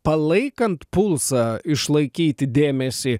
palaikant pulsą išlaikyti dėmesį